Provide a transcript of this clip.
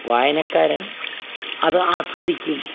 വായനക്കാരൻ അത് ആസ്വദിക്കും